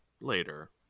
later